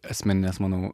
asmenines mano